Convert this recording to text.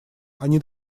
они